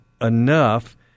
enough